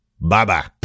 Bye-bye